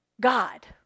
God